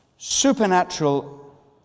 Supernatural